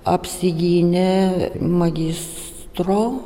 apsigynė magistro